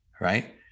Right